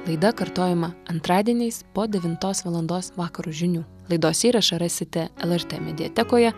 laida kartojama antradieniais po devintos valandos vakaro žinių laidos įrašą rasite lrt mediatekoje